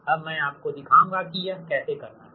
अब मैं आपको दिखाऊंगा कि यह कैसे करना है